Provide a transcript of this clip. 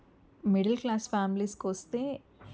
middle class families కొస్తే